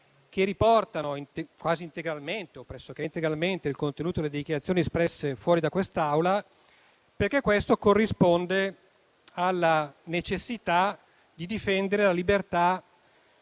che riportano quasi integralmente o pressoché integralmente il contenuto delle dichiarazioni espresse fuori da essa. Ciò corrisponde alla necessità di difendere la libertà